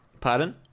pardon